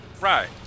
Right